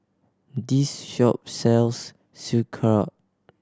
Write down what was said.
this shop sells Sauerkraut